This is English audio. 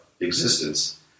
existence